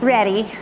Ready